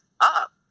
up